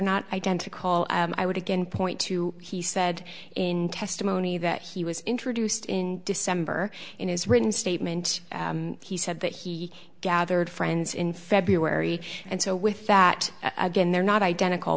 not identical i would again point to he said in testimony that he was introduced in december in his written statement he said that he gathered friends in february and so with that again they're not identical